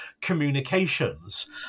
communications